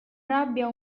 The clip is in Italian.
rabbia